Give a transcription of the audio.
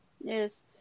Yes